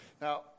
Now